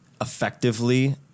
Effectively